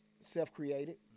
self-created